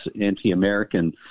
anti-American